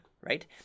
right